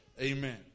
Amen